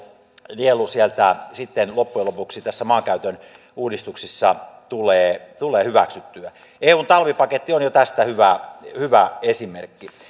nielu siellä sitten loppujen lopuksi näissä maankäytön uudistuksissa tulee tulee hyväksyttyä eun talvipaketti on jo tästä hyvä hyvä esimerkki